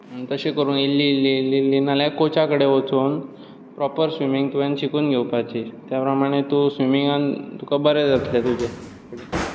तशें करून इल्ली इल्ली इल्ली इल्ली ना जाल्यार कोचा कडेन वचून प्रोपर स्विमींग तुवें शिकून घेवपाचें त्या प्रमाणें तूं स्विमींगांत तुका बरें जातलें तुजें फुडें